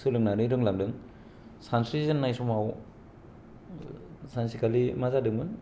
सोलोंनानै रोंलांदों सानस्रि जेननाय समाव सानसेखालि मा जादोंमोन